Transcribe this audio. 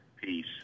peace